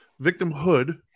victimhood